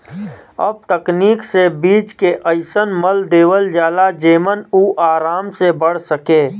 अब तकनीक से बीज के अइसन मल देवल जाला जेमन उ आराम से बढ़ सके